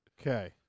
Okay